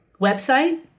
website